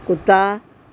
ਕੁੱਤਾ